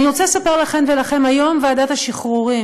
אני רוצה לספר לכם ולכן: היום ועדת השחרורים